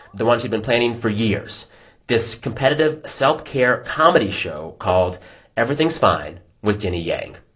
the one she'd been planning for years this competitive self-care comedy show called everything's fine with jenny yang.